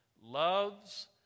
loves